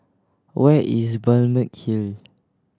where is Balmeg Hill